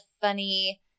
funny